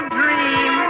dream